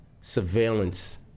surveillance